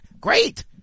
Great